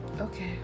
Okay